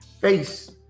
face